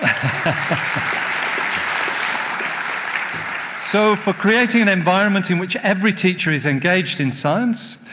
um so for creating an environment in which every teacher is engaged in science,